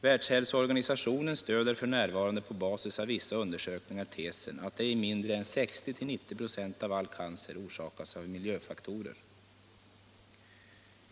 Världshälsoorganisationen stöder f.n. på basis av vissa undersökningar tesen att ej mindre än 60-90 4 av cancer orsakas av miljöfaktorer.